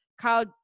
Kyle